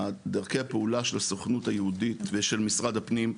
דרכי הפעולה של הסוכנות היהודית ושל משרד הפנים,